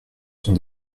sont